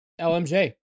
LMJ